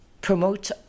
promote